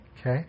okay